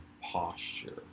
posture